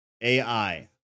AI